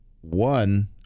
One